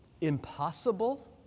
impossible